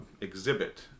exhibit